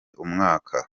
umwaka